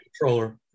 controller